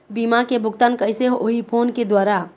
बीमा के भुगतान कइसे होही फ़ोन के द्वारा?